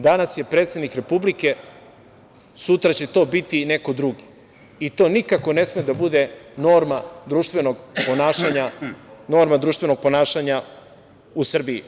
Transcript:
Danas je predsednik Republike, sutra će to biti neko drugi i to nikako ne sme da bude norma društvenog ponašanja u Srbiji.